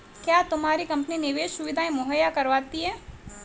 क्या तुम्हारी कंपनी निवेश सुविधायें मुहैया करवाती है?